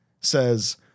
says